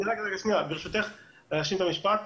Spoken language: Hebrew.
ברשותך, להשלים את המשפט.